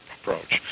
approach